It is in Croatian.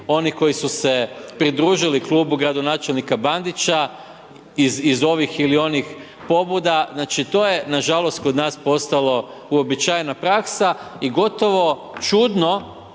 onih koji su se pridružili klubu gradonačelnika Bandića iz ovih ili onih pobuda. Znači to je nažalost kod nas postalo uobičajena praksa. I gotovo čudno,